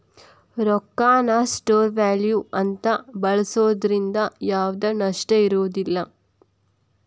ರೊಕ್ಕಾನ store value ಅಂತ ಬಳ್ಸೋದ್ರಿಂದ ಯಾವ್ದ್ ನಷ್ಟ ಇರೋದಿಲ್ಲ